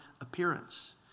appearance